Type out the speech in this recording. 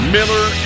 Miller